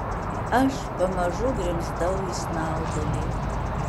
aš pamažu grimzdau į snaudulį